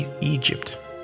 Egypt